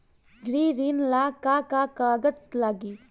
गृह ऋण ला का का कागज लागी?